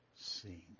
seen